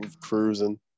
cruising